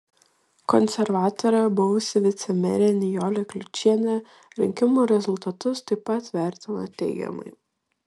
konservatorė buvusi vicemerė nijolė kliučienė rinkimų rezultatus taip pat vertina teigiamai